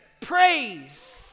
praise